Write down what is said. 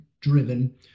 driven